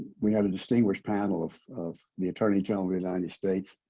we had a distinguished panel of of the attorney general of united states,